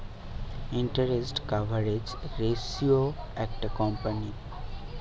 interest coverage ratio একটা কোম্পানীর